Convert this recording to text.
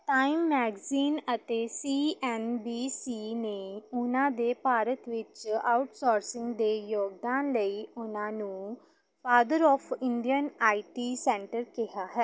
time magazine ਅਤੇ C N B C ਨੇ ਉਨ੍ਹਾਂ ਦੇ ਭਾਰਤ ਵਿੱਚ ਆਊਟਸੋਰਸਿੰਗ ਦੇ ਯੋਗਦਾਨ ਲਈ ਉਨ੍ਹਾਂ ਨੂੰ father of Indian I T centre ਕਿਹਾ ਹੈ